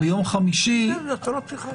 פתיחה.